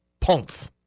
ponth